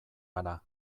gara